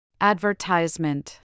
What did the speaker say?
Advertisement